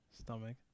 stomach